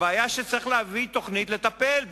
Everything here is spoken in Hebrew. הבעיה היא שצריך להביא תוכנית לטפל,